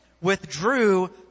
withdrew